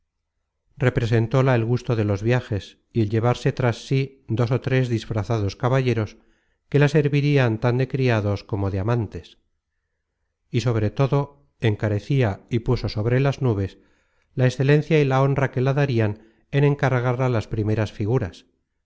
piés representóla el gusto de los viajes y el llevarse tras sí dos ó tres disfrazados caballeros que la servirian tan de criados como de amantes y sobre todo encarecia y puso sobre las nubes la excelencia y la honra que la darian en encargarla las primeras figuras